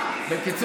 מה קרה?